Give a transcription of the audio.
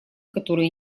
которые